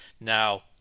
Now